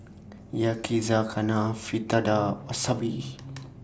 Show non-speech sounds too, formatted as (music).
Yakizakana Fritada Wasabi (noise)